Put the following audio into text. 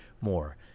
more